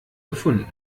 gefunden